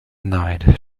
night